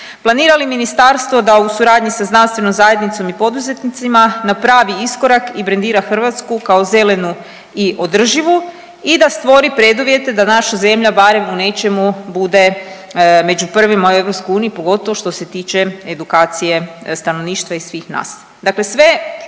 Planira li Ministarstvo da u suradnji sa znanstvenom zajednicom i poduzetnicima napravi iskorak i brendira Hrvatsku kao zelenu i održivu i da stvori preduvjete da naša zemlja barem u nečemu bude među prvima u EU, pogotovo što se tiče edukacije stanovništva i svih nas.